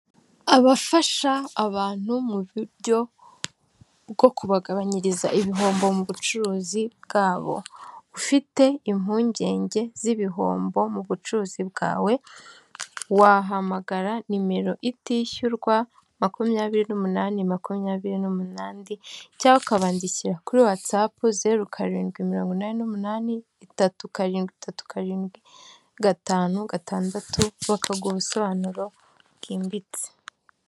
Abafasha abantu mu buryo bwo kubagabanyiriza ibihombo mu bucuruzi bwabo. Ufite impungenge z'ibihombo mu bucuruzi bwawe, wahamagara nimero itishyurwa, makumyabiri n'umunani makumyabiri n'umunani cyangwa ukabandikira kuri "Whatsapp" zeru karindwi, mirongo inani n'umunani, itatu karindwi, itatu karindwi, gatanu, gatandatu, bakagaha ubusobanuro bwimbitse.